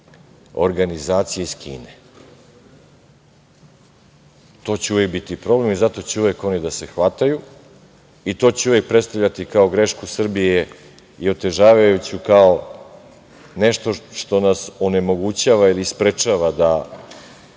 organizacije iz Kine. To će uvek biti problem i za to će uvek oni da se hvataju i to će uvek predstavljati kao grešku Srbije i otežavajuću, kao nešto što nas onemogućava ili sprečava da